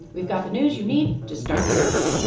we've got the news you need to start the weekend